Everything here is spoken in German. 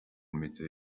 mitte